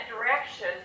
direction